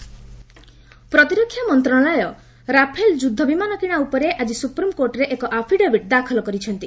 SC Rafale ପ୍ରତିରକ୍ଷା ମନ୍ତ୍ରଣାଳୟ Rafale ଯୁଦ୍ଧ ବିମାନ କିଣା ଉପରେ ଆଜି ସୁପ୍ରିମକୋର୍ଟରେ ଏକ ଆଫିଡେବିଟ୍ ଦାଖଲ କରିଛନ୍ତି